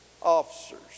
officers